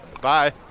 bye